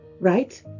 Right